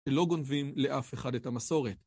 שלא גונבים לאף אחד את המסורת.